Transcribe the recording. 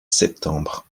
septembre